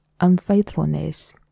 unfaithfulness